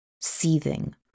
seething